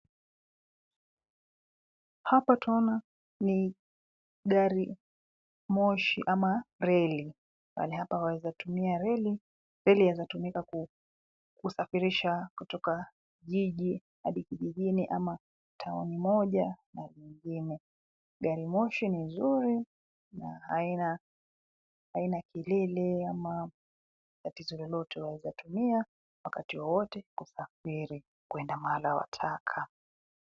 Hapo twaona ni gari, moshi ama reli, mahali hapa wawezatumia reli, ili yawezatumika ku, kusafirisha kutoka jiji hadi kijijini ama, tauni moja, na vyengine, garimoshi ni zuri, na haina, haina kelele ama, tatizo lolote waeza tumia, wakati wowote kusafiri kuenda mahala wataka.